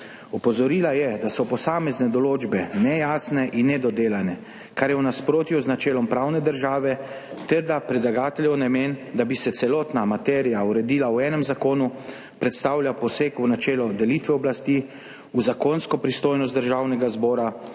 Opozorila je, da so posamezne določbe nejasne in nedodelane, kar je v nasprotju z načelom pravne države ter da predlagateljev namen, da bi se celotna materija uredila v enem zakonu, predstavlja poseg v načelo delitve oblasti, v zakonsko pristojnost Državnega zbora